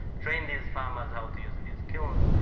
train these farmers how to use these kilns,